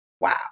Wow